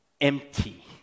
empty